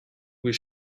was